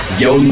yo